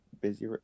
busy